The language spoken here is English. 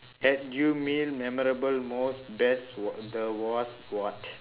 had you meal memorable most best wa~ the was what